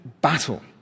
battle